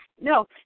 No